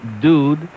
dude